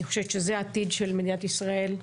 אני חושבת שזה העתיד של מדינת ישראל.